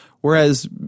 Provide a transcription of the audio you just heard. Whereas